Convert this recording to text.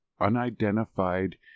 Unidentified